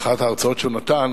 באחת ההרצאות שהוא נתן,